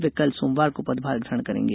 वे कल सोमवार को पदभार ग्रहण करेंगे